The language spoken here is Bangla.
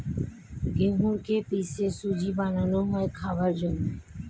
গেহুকে পিষে সুজি বানানো হয় খাবারের জন্যে